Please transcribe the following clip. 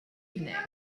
evening